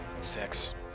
Six